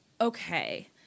Okay